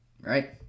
right